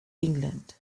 england